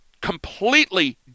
completely